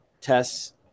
tests